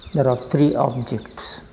there are three objects